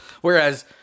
Whereas